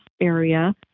area